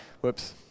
Whoops